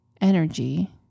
energy